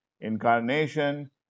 Incarnation